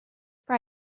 price